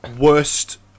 worst